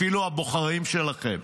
אפילו הבוחרים שלכם,